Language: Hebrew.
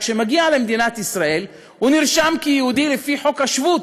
כשהוא מגיע למדינת ישראל הוא נרשם כיהודי לפי חוק השבות.